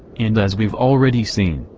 and as we've already seen,